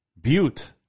Butte